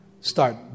start